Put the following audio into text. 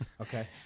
Okay